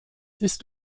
ist